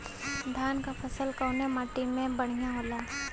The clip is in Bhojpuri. धान क फसल कवने माटी में बढ़ियां होला?